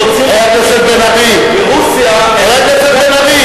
כמה יהודים רוצים, רוסיה, מדינת ישראל.